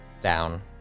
down